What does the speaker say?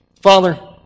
Father